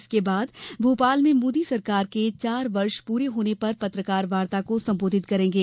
इसके बाद भोपाल में मोदी सरकार के चार वर्ष पूर्ण होने पर पत्रकार वार्ता को संबोधित करेंगे